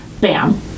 bam